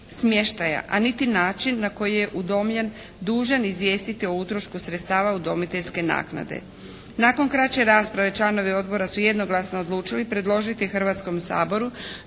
a niti način na koji je udomljen dužan izvijestiti o utrošku sredstava udomiteljske naknade. Nakon kraće rasprave, članovi odbora su jednoglasno odlučili predložiti Hrvatskom saboru